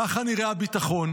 ככה נראה הביטחון,